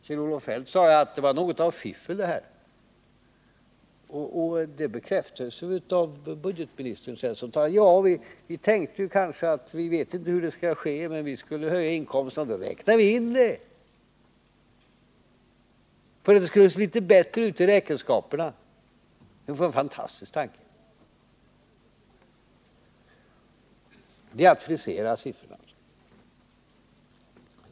Kjell-Olof Feldt sade att detta var något av fiffel, och det bekräftas av budgetministern, som säger: Vi vet inte hur det skall ske, men vi skulle höja inkomsterna och då räknade vi in det för att det skulle se litet bättre ut i räkenskaperna. Det var en fantastisk tanke. Det är att frisera siffrorna.